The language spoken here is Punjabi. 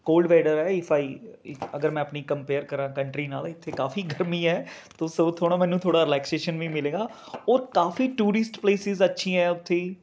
ਕੋਲਡ ਵੈਦਰ ਹੈ ਇਫ਼ ਆਈ ਅਗਰ ਮੈਂ ਆਪਣੀ ਕੰਪੇਅਰ ਕਰਾਂ ਕੰਟਰੀ ਨਾਲ ਇੱਥੇ ਕਾਫੀ ਗਰਮੀ ਹੈ ਤੋਂ ਸੌ ਥੋੜਾ ਮੈਨੂੰ ਥੋੜਾ ਰਿਲੈਕਸੇਸ਼ਨ ਵੀ ਮਿਲੇਗਾ ਔਰ ਕਾਫੀ ਟੂਰਿਸਟ ਪਲੇਸਿਸ ਅੱਛੀ ਹੈ ਉੱਥੇ